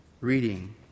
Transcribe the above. reading